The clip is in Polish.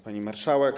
Pani Marszałek!